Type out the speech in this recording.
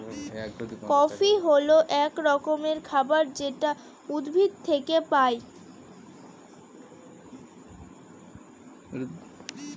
coffee হল এক রকমের খাবার যেটা উদ্ভিদ থেকে পায়